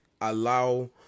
allow